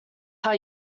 how